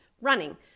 running